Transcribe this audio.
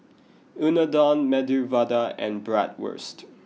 Unadon Medu Vada and Bratwurst